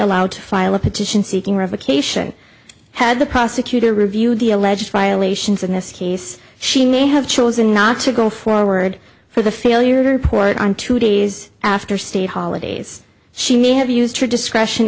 allowed to file a petition seeking revocation had the prosecutor reviewed the alleged violations in this case she may have chosen not to go forward for the failure to report on two days after state holidays she may have used her discretion